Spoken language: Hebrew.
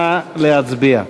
נא להצביע.